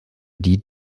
die